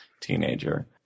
teenager